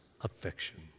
affection